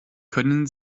können